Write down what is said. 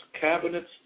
cabinets